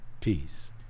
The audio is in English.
Peace